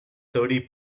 thirty